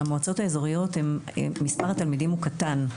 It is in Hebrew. במועצות האזוריות מספר התלמידים הוא קטן,